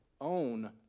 own